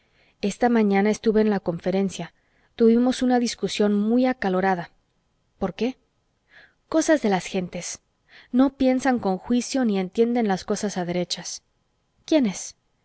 esta mañana estuve en la conferencia tuvimos una discusión muy acalorada por qué cosas de las gentes no piensan con juicio ni entienden las cosas a derechas